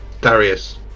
Darius